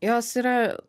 jos yra